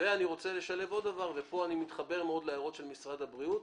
אני רוצה לשלב עוד דבר וכאן אני מתחבר מאוד להערות של משרד הבריאות.